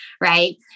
right